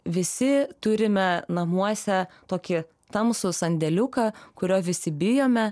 visi turime namuose tokį tamsų sandėliuką kurio visi bijome